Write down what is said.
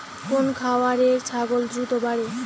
কোন খাওয়ারে ছাগল দ্রুত বাড়ে?